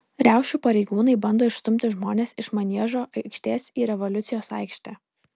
riaušių pareigūnai bando išstumti žmones iš maniežo aikštės į revoliucijos aikštę